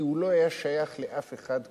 כי הוא לא היה שייך לאף אחד קודם.